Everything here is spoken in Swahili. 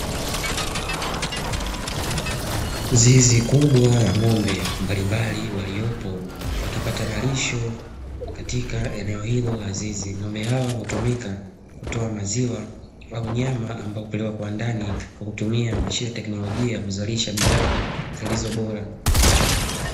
Zizi kubwa la ng'ombe mbalimbali waliyopo, wakipata malisho, katika eneo hilo la zizi. Ng'ombe hao hutumika kutoa maziwa au nyama, ambapo hupelekwa kiwandani kwa kutumia mashine ya teknolojia kuzalisha bidhaa zilizo bora.